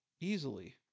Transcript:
easily